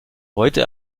heute